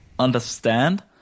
Understand